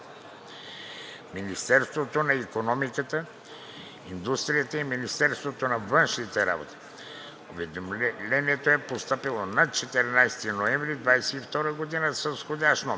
Министерството на икономиката и индустрията и Министерството на външните работи. Уведомлението е постъпило на 14 ноември 2022 г., с входящ №